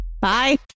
bye